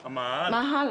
המאהל?